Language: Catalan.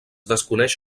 desconeix